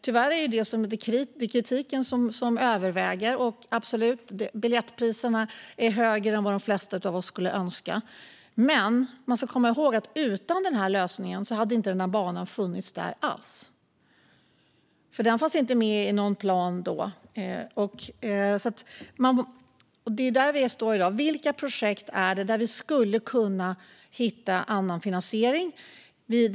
Tyvärr är det kritiken som överväger. Absolut är biljettpriserna högre än vad de flesta av oss skulle önska, men man ska komma ihåg att utan den här lösningen hade banan inte funnits alls. Den fanns ju inte med i någon plan då. Det är där vi står i dag: Vilka projekt finns det som vi skulle kunna hitta annan finansiering för?